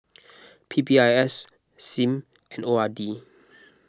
P P I S Sim and O R D